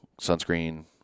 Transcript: sunscreen